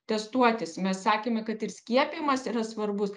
testuotis mes sakėme kad ir skiepijimas yra svarbus